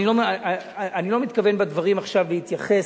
אני לא מתכוון להתייחס